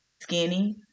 skinny